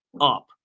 up